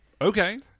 Okay